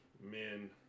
men